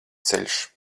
ceļš